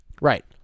Right